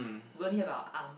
we only have our arm